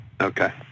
Okay